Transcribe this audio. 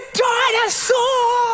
dinosaur